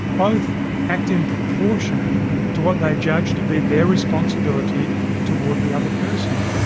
both act in proportion to what they judge to be their responsibility toward the other person,